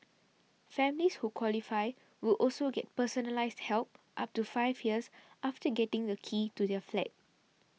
families who qualify will also get personalised help up to five years after getting the keys to their flat